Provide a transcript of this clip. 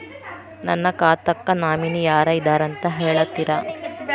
ನನ್ನ ಖಾತಾಕ್ಕ ನಾಮಿನಿ ಯಾರ ಇದಾರಂತ ಹೇಳತಿರಿ?